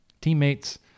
teammates